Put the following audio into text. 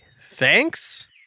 thanks